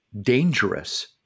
dangerous